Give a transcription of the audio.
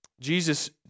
Jesus